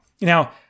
Now